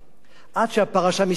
עד שהפרשה מסתיימת.